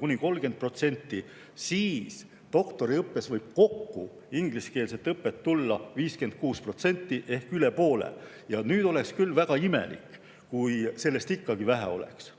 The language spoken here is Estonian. kuni 30%, siis doktoriõppes võib kokku ingliskeelset õpet tulla 56% ehk üle poole. Nüüd oleks küll väga imelik, kui sellest ikkagi vähe oleks.